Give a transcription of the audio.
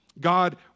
God